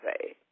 say